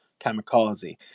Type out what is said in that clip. kamikaze